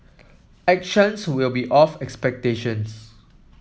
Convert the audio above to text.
actions will be of expectations